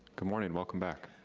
good morning, welcome back.